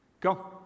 Go